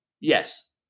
Yes